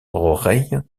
oreille